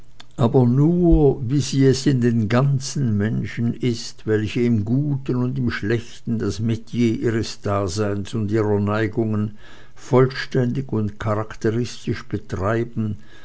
aber nur wie sie es in den ganzen menschen ist welche im guten und im schlechten das metier ihres daseins und ihrer neigungen vollständig und charakteristisch betreiben